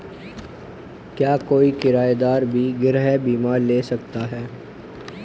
क्या कोई किराएदार भी गृह बीमा ले सकता है?